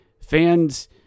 Fans